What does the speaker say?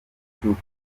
cy’uko